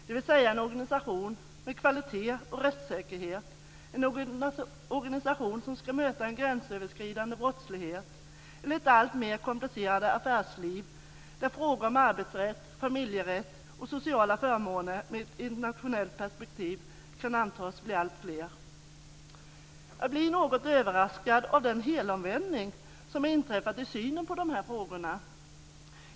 Med det menar jag en organisation med kvalitet och rättssäkerhet, en organisation som ska möta en gränsöverskridande brottslighet eller ett alltmer komplicerat affärsliv där frågor med ett internationellt perspektiv om arbetsrätt, familjerätt och sociala förmåner kan antas bli alltfler. Jag blir något överraskad av den helomvändning som har inträffat i synen på de här frågorna.